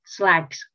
slags